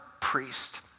priest